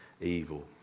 evil